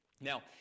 Now